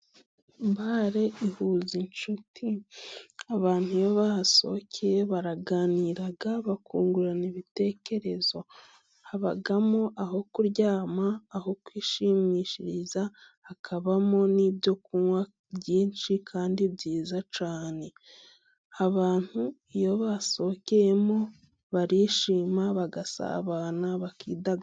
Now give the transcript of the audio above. Bare ihuza inshuti, abantu iyo bahasohokeye baraganira bakunungurana ibitekerezo. Habamo aho kuryama, aho kwishimishiriza, hakabamo n'ibyokunywa byinshi kandi byiza cyane. Abantu iyo basohokeyemo, barishima bagasabana bakidagadura.